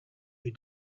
you